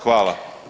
Hvala.